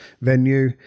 venue